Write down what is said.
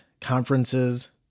Conferences